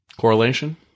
Correlation